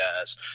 guys